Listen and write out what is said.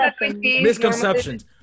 Misconceptions